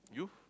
you